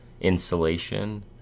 insulation